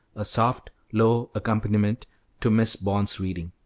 a soft, low accompaniment to miss bond's reading.